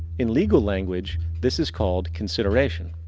in legal language this is called consideration